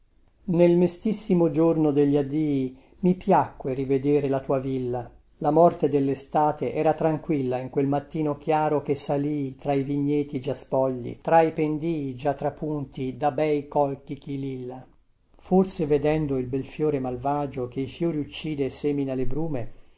nel mestissimo giorno degli addii mi piacque rivedere la tua villa la morte dellestate era tranquilla in quel mattino chiaro che salii tra i vigneti già spogli tra i pendii già trapunti di bei colchici lilla forse vedendo il bel fiore malvagio che i fiori uccide e semina le brume